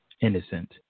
innocent